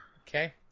Okay